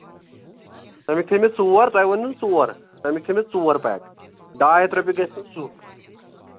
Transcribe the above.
تَمِکۍ تھٲوۍ مےٚ ژور تۄہہِ ووٚنوُ نہ ژور تَمِکۍ تھٔوۍ مےٚ ژور پیک ڈاے ہَتھ رۄپیہِ گژھِ سُہ